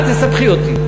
אל תסבכי אותי.